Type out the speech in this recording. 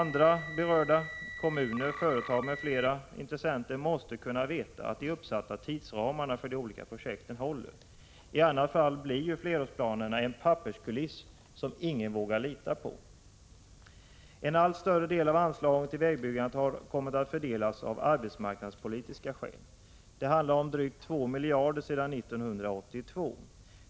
Berörda kommuner, företag och andra intressenter måste kunna veta att de uppsatta tidsramarna för de olika projekten håller. I annat fall blir flerårsplanerna papperskulisser som ingen vågar lita på. En allt större del av anslagen till vägbyggandet har kommit att fördelas av arbetsmarknadspolitiska skäl. Det handlar om drygt 2 miljarder sedan 1982.